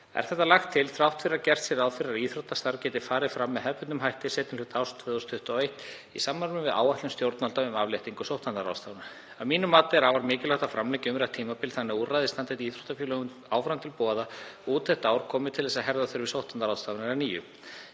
Er þetta lagt til þrátt fyrir að gert sé ráð fyrir að íþróttastarf geti farið fram með hefðbundnum hætti seinni hluta árs 2021 í samræmi við áætlun stjórnvalda um afléttingu sóttvarnaráðstafana. Að mínu mati er afar mikilvægt að framlengja umrætt tímabil þannig að úrræðið standi íþóttafélögum áfram til boða út þetta ár komi til þess að herða þurfi sóttvarnaráðstafanir að nýju.